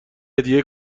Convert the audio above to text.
هدیه